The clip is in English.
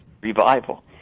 revival